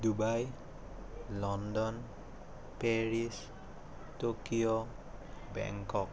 Dubai London Paris Tokyo Bangkok